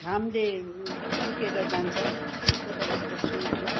घामले सुकेर जान्छ त्यस्तै पाराले गर्छु म चाहिँ